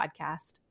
Podcast